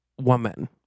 woman